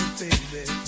baby